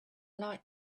like